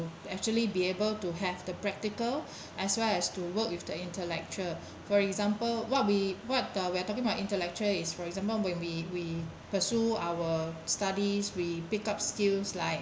actually be able to have the practical as well as to work with the intellectual for example what we what uh we are talking about intellectual is for example when we we pursue our studies we pick up skills like